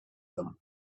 them